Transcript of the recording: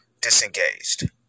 disengaged